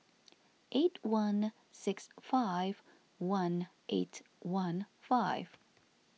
eight one six five one eight one five